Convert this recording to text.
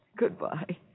Goodbye